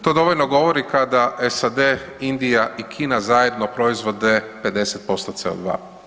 To dovoljno govori kada SAD, Indija i Kina zajedno proizvode 50% CO2.